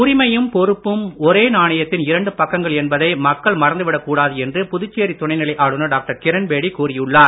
உரிமையும் பொறுப்பும் ஒரே நாணயத்தின் இரண்டு பக்கங்கள் என்பதை மக்கள் மறந்து விடக் கூடாது என்று புதுச்சேரி துணைநிலை ஆளுநர் டாக்டர் கிரண்பேடி கூறியுள்ளார்